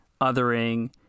othering